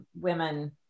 women